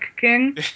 king